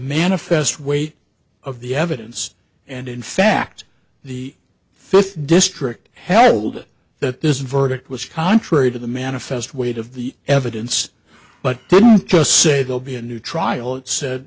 manifest weight of the evidence and in fact the fifth district held that this verdict was contrary to the manifest weight of the evidence but didn't just say they'll be a new trial it said